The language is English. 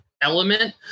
element